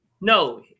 No